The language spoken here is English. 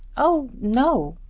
oh, no!